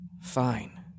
Fine